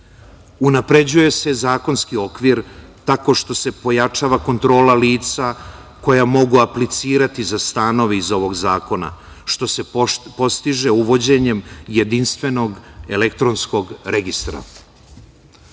Unapređuje se zakonski okvir tako što se pojačava kontrola lica koja mogu aplicirati za stanove iz ovog zakona, što se postiže uvođenjem jedinstvenog elektronskog registra. Ono